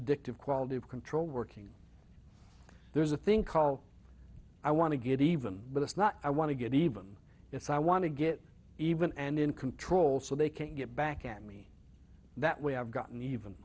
addictive quality of control working there's a thing called i want to get even but it's not i want to get even if i want to get even and in control so they can get back at me that way i've gotten even